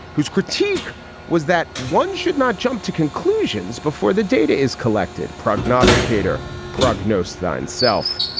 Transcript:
whose critique was that one should not jump to conclusions before the data is collected. prognosticator prognosis oneself.